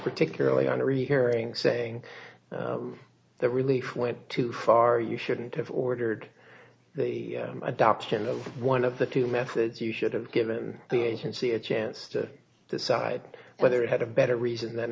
particularly on a rehearing saying the relief went too far you shouldn't have ordered the adoption of one of the two methods you should have given the agency a chance to decide whether you had a better reason than